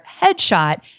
headshot